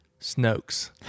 snokes